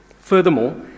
Furthermore